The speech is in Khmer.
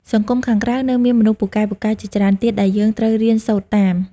សង្គមខាងក្រៅនៅមានមនុស្សពូកែៗជាច្រើនទៀត ដែលយើងត្រូវរៀនសូត្រតាម។